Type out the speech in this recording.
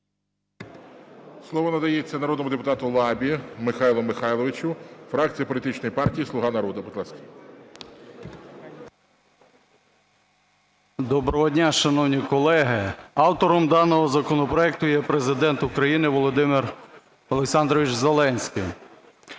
Слово надається народному депутату Лабі Михайлу Михайловичу, фракція політичної партії "Слуга народу", будь ласка. 13:51:00 ЛАБА М.М. Доброго дня, шановні колеги! Автором даного законопроекту є Президент України Володимир Олександрович Зеленський.